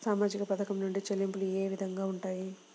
సామాజిక పథకం నుండి చెల్లింపులు ఏ విధంగా ఉంటాయి?